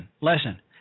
lesson